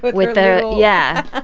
but with the yeah. ah